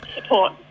support